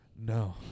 no